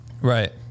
Right